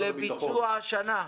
זה לביצוע השנה.